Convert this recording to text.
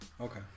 Okay